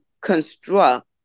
construct